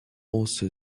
also